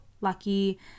lucky